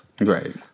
Right